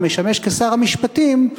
המשמש כשר המשפטים: